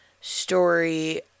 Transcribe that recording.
story